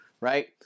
right